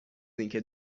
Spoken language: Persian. اینکه